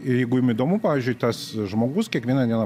ir jeigu jum įdomu pavyzdžiui tas žmogus kiekvieną dieną